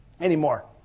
anymore